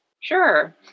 Sure